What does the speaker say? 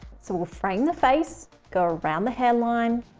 so we'll frame the face, go around the hairline,